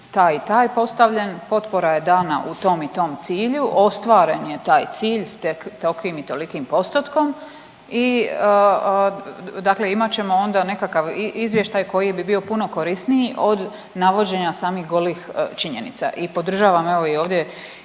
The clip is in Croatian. taj i taj postavljen, potpora je dana u tom i tom cilju, ostvaren je taj cilj sa takvim i tolikim postotkom i dakle imat ćemo onda nekakav izvještaj koji bi bio puno korisniji od navođenja samih golih činjenica. I podržavam evo i ovdje